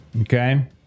Okay